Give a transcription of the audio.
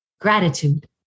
Gratitude